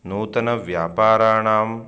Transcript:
नूतनव्यापाराणां